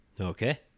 Okay